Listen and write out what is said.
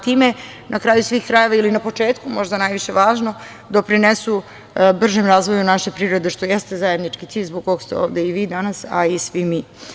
Time, na kraju svih krajeva ili na početku, možda najviše važno, doprinesu bržem razvoju naše privrede, što jeste zajednički cilj zbog koga ste i vi danas ovde, a i svim mi.